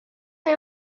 mae